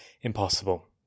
impossible